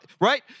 right